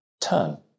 turn